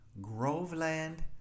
Groveland